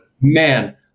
man